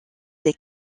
des